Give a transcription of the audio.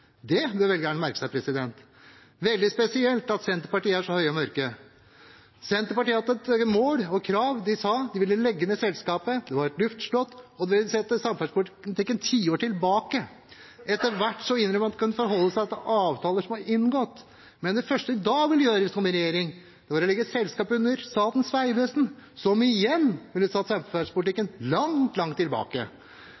Det bør velgerne merke seg. Det er veldig spesielt at Senterpartiet er så høy og mørk. Senterpartiet har hatt et mål og krav. De sa de ville legge ned selskapet, det var et luftslott, og de vil sette samferdselspolitikken tiår tilbake. Etter hvert innrømmer de at de kan forholde seg til avtaler som er inngått, men det første de vil gjøre hvis de kommer i regjering, er å legge selskapet under Statens vegvesen, som igjen ville satt samferdselspolitikken